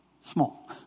small